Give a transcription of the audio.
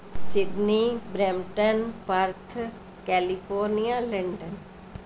Sydney Brampton Perth California London